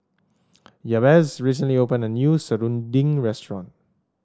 Jabez recently opened a new serunding restaurant